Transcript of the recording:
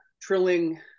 Trilling